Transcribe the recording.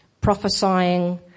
prophesying